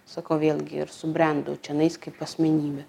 sakau vien ir subrendau čionais kaip asmenybė